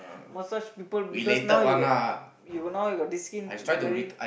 massage people because now you got now you got this skin very